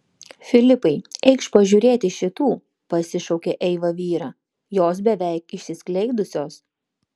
filipai eikš pažiūrėti šitų pasišaukė eiva vyrą jos beveik išsiskleidusios